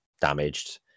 damaged